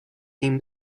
him